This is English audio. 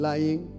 Lying